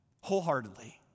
Wholeheartedly